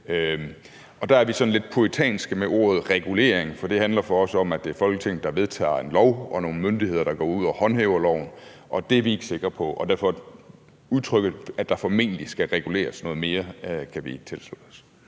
Og dér er vi sådan lidt puritanske i forhold til ordet regulering, for det handler for os om, at det er Folketinget, der vedtager en lov, og at det er nogle myndigheder, der går ud og håndhæver loven – det er vi ikke sikre på her, og derfor kan vi ikke tilslutte os udtrykket, at der formentlig skal reguleres noget mere. Kl.